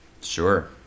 Sure